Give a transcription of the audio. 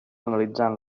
analitzant